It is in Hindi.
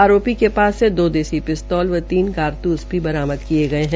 आरोपी के पाससे दो देसी पिस्तौल व तीन कारतूस भी बरामद किये गये है